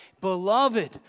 beloved